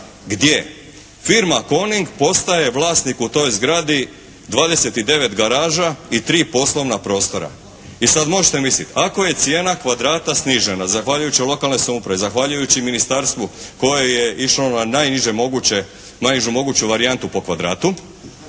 gdje firma "Koning" postaje vlasnik u toj zgradi 29 garaža i tri poslovna prostora. I sad možete misliti, ako je cijena kvadrata snižena zahvaljujući lokalnoj samoupravi, zahvaljujući Ministarstvu koje je išlo na najniže moguće, najnižu moguću varijantu po kvadratu